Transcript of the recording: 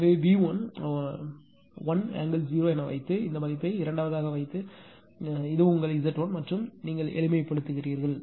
எனவே V1 1∠0 என வைத்து இந்த மதிப்பை இரண்டாவதாக வைத்து இது உங்கள் Z1 மற்றும் எளிமைப்படுத்துகிறீர்கள்